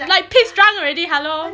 like pissed drunk already hello